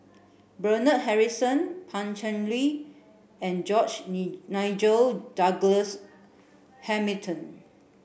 Bernard Harrison Pan Cheng Lui and George Ni Nigel Douglas Hamilton